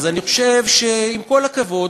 אני חושב שעם כל הכבוד,